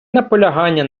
наполягання